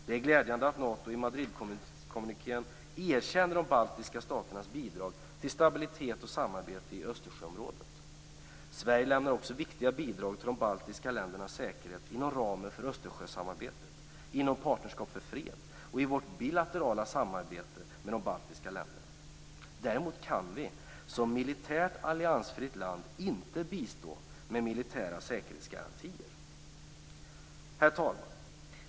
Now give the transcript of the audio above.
Det är glädjande att Nato i Madridkommunikén erkänner de baltiska staternas bidrag till stabilitet och samarbete i Östersjöområdet. Sverige lämnar också viktiga bidrag till de baltiska ländernas säkerhet inom ramen för Östersjösamarbetet, inom Partnerskap för fred och i vårt bilaterala samarbete med de baltiska länderna. Däremot kan vi som militärt alliansfritt land inte bistå med militära säkerhetsgarantier. Herr talman!